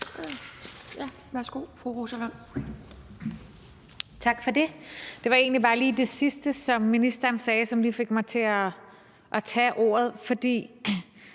Tak for det. Det var egentlig bare det sidste, som ministeren sagde, som lige fik mig til at tage ordet. For